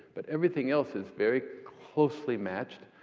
but everything else is very closely matched.